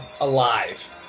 alive